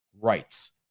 rights